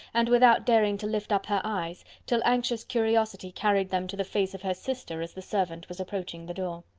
and without daring to lift up her eyes, till anxious curiosity carried them to the face of her sister as the servant was approaching the door.